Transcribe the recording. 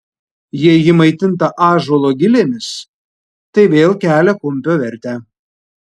jei ji maitinta ąžuolo gilėmis tai vėl kelia kumpio vertę